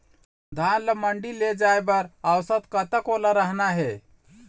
धान ला मंडी ले जाय बर औसत कतक ओल रहना हे?